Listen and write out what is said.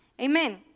Amen